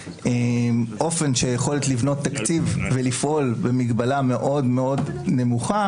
לאופן של יכולת לבנות תקציב ולפעול במגבלה מאוד מאוד נמוכה,